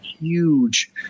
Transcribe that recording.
Huge